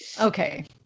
Okay